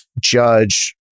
judge